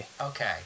Okay